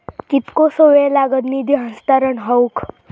कितकोसो वेळ लागत निधी हस्तांतरण हौक?